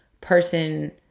person